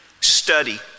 study